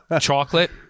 chocolate